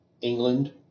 England